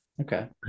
Okay